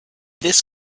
this